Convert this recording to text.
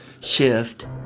shift